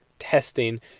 Testing